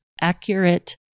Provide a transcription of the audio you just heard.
accurate